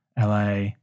LA